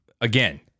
again